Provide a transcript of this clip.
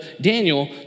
Daniel